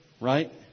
Right